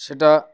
সেটা